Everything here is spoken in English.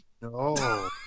no